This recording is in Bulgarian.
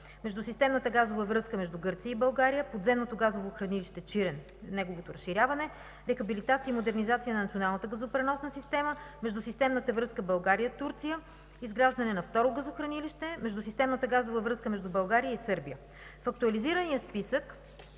междусистемната газова връзка между Гърция и България, подземното газово хранилище Чирен, неговото разширяване, рехабилитация и модернизация на Националната газопреносна система, междусистемната връзка България – Турция, изграждане на второ газохранилище, междусистемната газова връзка между България и Сърбия. В актуализирания списък